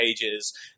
pages